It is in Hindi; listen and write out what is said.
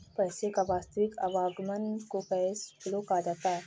पैसे का वास्तविक आवागमन को कैश फ्लो कहा जाता है